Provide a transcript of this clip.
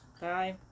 Bye